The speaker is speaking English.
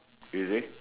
is it